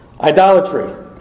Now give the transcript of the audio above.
Idolatry